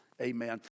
Amen